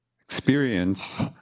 experience